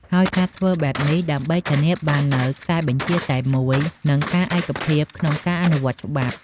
ហើយការធ្វើបែបនេះ ដើម្បីធានាបាននូវខ្សែបញ្ជាតែមួយនិងការឯកភាពក្នុងការអនុវត្តច្បាប់។